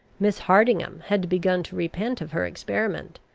miss hardingham had begun to repent of her experiment,